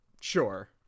sure